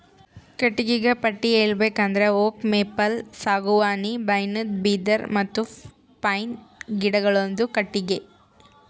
ಕಟ್ಟಿಗಿಗ ಪಟ್ಟಿ ಹೇಳ್ಬೇಕ್ ಅಂದ್ರ ಓಕ್, ಮೇಪಲ್, ಸಾಗುವಾನಿ, ಬೈನ್ದು, ಬಿದಿರ್ ಮತ್ತ್ ಪೈನ್ ಗಿಡಗೋಳುದು ಕಟ್ಟಿಗಿ